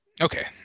Okay